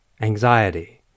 anxiety